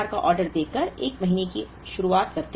हम 1000 का ऑर्डर देकर 1 महीने की शुरुआत करते हैं